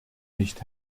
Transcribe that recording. nicht